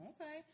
okay